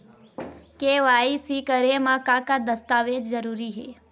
KYC करे म का का दस्तावेज जरूरी हे?